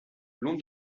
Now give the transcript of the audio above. long